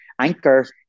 anchor